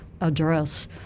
address